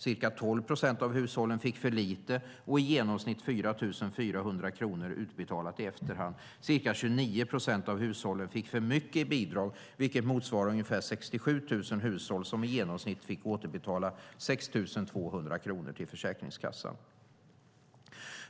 Ca 12 procent av hushållen fick för lite och i genomsnitt 4 400 kronor utbetalat i efterhand. Ca 29 procent av hushållen, vilket motsvarar ungefär 67 000 hushåll, fick för mycket i bidrag. De fick i genomsnitt återbetala 6 200 kronor till Försäkringskassan.